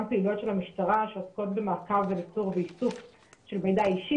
פעילויות של המשטרה שעוסקים במעקב וניטור ואיסוף של מידע אישי.